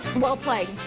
well-played.